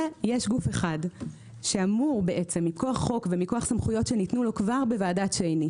יש גוף אחד שמכוח חוק ומכוח סמכויות שניתנו לו כבר בוועדת שיינין,